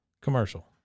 commercial